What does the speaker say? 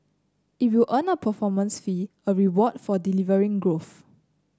it will earn a performance fee a reward for delivering growth